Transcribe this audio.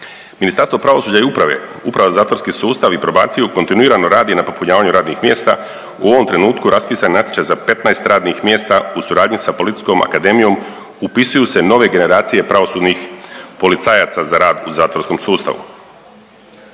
Ministarstvo pravosuđa i uprave, Uprava za zatvorski sustav i probaciju kontinuirano radi na popunjavanju radnih mjesta. U ovom trenutku raspisan je natječaj za 15 radnih mjesta u suradnji sa Policijskom akademijom. Upisuju se nove generacije pravosudnih policajaca za rad u zatvorskom sustavu.